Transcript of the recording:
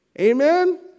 Amen